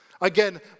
Again